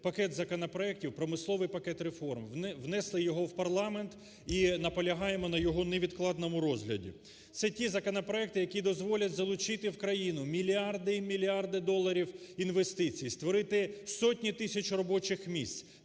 пакет законопроектів, промисловий пакет реформ, внесли його в парламент і наполягаємо на його невідкладному розгляді. Це ті законопроекти, які дозволять залучити в країну мільярди, мільярди доларів інвестицій, створити сотні тисяч робочих місць,